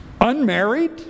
Unmarried